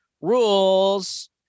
Rules